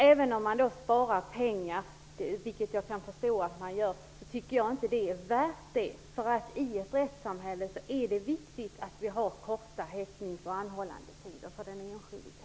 Även om man sparar pengar, vilket jag kan förstå att man gör, är det inte värt priset. I ett rättssamhälle är det viktigt att ha korta häktnings och anhållandetider för den enskilde.